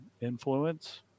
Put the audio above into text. influence